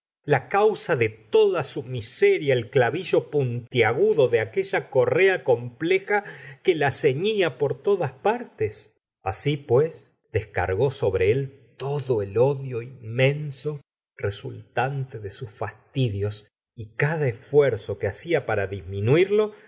la causa de toda su miseria el clavillo puntiagudo de aquella correa compleja que la ceñía por todas partes así pues descargó sobre él todo el odio inmenso resultante de sus fastidios y cada esfuerzo que hacía para disminuirlo